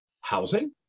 housing